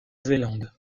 zélande